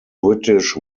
british